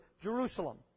Jerusalem